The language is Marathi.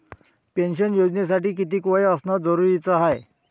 पेन्शन योजनेसाठी कितीक वय असनं जरुरीच हाय?